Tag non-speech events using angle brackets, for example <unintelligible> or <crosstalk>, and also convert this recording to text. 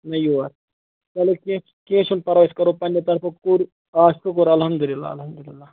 <unintelligible> چَلو کیٚنٛہہ چھُنہٕ کیٚنٛہہ چھُنہٕ پَرواے أسۍ کَرو پننہِ طرفہٕ پورٕ آ شُکُر الحمدُ لِلہ الحمدُ لِلہ